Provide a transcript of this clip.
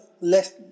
less